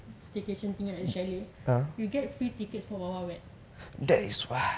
staycation thingy ticket and the chalet you get free tickets for !wah! !wah! wet